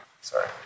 Sorry